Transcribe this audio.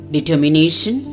Determination